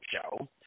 show